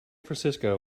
francisco